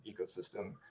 ecosystem